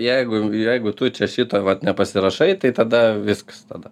jeigu jeigu tu čia šito vat nepasirašai tai tada viskas tada